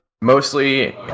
Mostly